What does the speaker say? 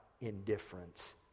indifference